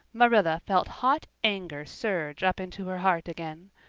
marilla felt hot anger surge up into her heart again.